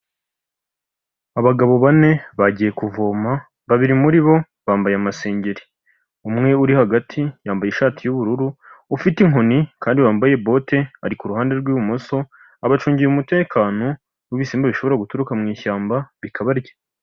Abagabo bane bagiye kuvoma, babiri muri bo bambaye amasengeri, umwe uri hagati yambaye ishati y'ubururu, ufite inkoni kandi wambaye bote ari ku ruhande rw'ibumoso, abacungira umutekano w'ibisimba bishobora guturuka mu ishyamba bikabarya.